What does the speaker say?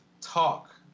talk